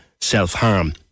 self-harm